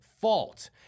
fault